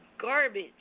garbage